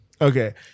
okay